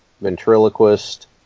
Ventriloquist